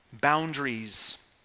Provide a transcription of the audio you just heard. boundaries